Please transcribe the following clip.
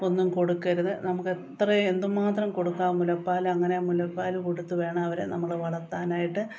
ഒന്നും കൊടുക്കരുത് നമുക്ക് എത്ര എന്തുമാത്രം കൊടുക്കാം മുലപ്പാൽ അങ്ങനെ മുലപ്പാൽ കൊടുത്തു വേണം അവരെ നമ്മൾ വളർത്താനായിട്ട്